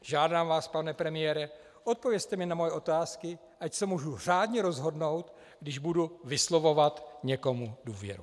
Žádám vás, pane premiére, odpovězte mi na moje otázky, ať se mohu řádně rozhodnout, když budu vyslovovat někomu důvěru.